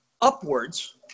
upwards